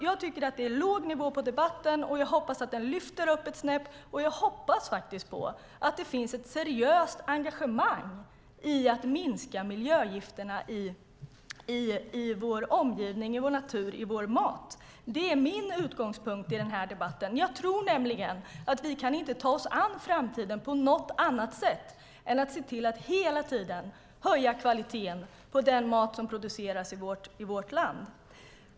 Jag tycker att det är låg nivå på debatten, och jag hoppas att den lyfter ett snäpp, och jag hoppas faktiskt att det finns ett seriöst engagemang för att minska miljögifterna i vår omgivning, vår natur och vår mat. Det är min utgångspunkt i debatten. Jag tror nämligen att vi inte kan ta oss an framtiden på något annat sätt än att se till att hela tiden höja kvaliteten på den mat som produceras i vårt land.